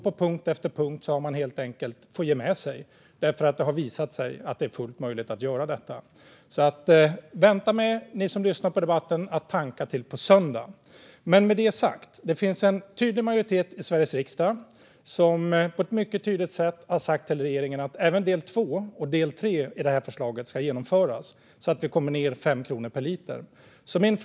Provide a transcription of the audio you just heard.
På punkt efter punkt har den helt enkelt fått ge med sig därför att det har visat sig att det är fullt möjligt att göra detta. Ni som lyssnar på debatten: Vänta med att tanka till på söndag! Med det sagt finns det en tydlig majoritet i Sveriges riksdag som på ett mycket tydligt sätt har sagt till regeringen att även del två och del tre i förslaget ska genomföras så att vi kommer ned med 5 kronor per liter. Fru talman!